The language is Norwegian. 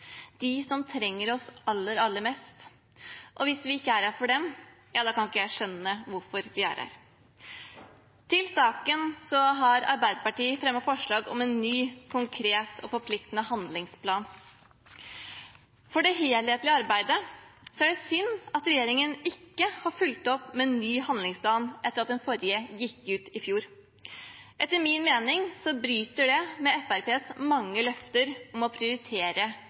de mest sårbare blant oss, de som trenger oss aller mest. Og hvis vi ikke er her for dem, kan jeg ikke skjønne hvorfor vi er her. Til saken har Arbeiderpartiet fremmet forslag om en ny, konkret og forpliktende handlingsplan. For det helhetlige arbeidet er det synd at regjeringen ikke har fulgt opp med ny handlingsplan etter at den forrige gikk ut i fjor. Etter min mening bryter det med Fremskrittspartiets mange løfter om å prioritere